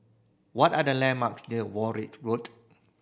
what are the landmarks near Warwick Road